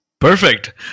Perfect